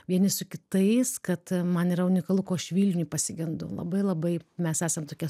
vieni su kitais kad man yra unikalu ko aš vilniuj pasigendu labai labai mes esam tokie